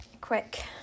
quick